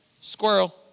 Squirrel